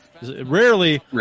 Rarely